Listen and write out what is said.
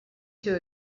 too